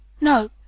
no